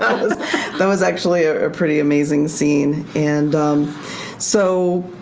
that was actually a pretty amazing scene. and so,